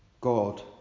God